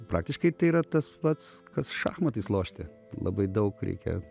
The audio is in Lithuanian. praktiškai tai yra tas pats kas šachmatais lošti labai daug reikia